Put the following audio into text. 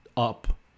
up